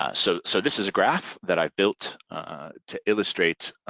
ah so so this is a graph that i built to illustrate